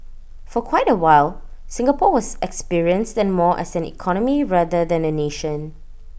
for quite A while Singapore was experienced and more as an economy rather than A nation